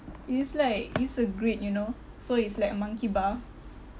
is like is a grid you know so it's like a monkey bar